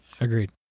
Agreed